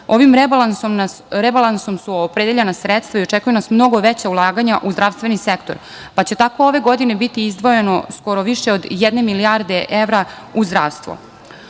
ovim rebalansom su opredeljena sredstva i očekuju nas mnogo veća ulaganja u zdravstveni sektor, pa će tako ove godine biti izdvojeno skoro više od jedne milijarde evra u zdravstvo. Videli